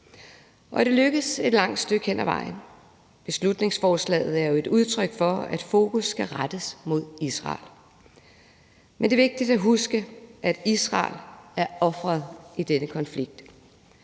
Og det lykkes et langt stykke hen ad vejen. Beslutningsforslaget er jo et udtryk for, at fokus skal rettes mod Israel. Men det er vigtigt at huske, at Israel er offeret i denne konflikt.